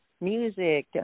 music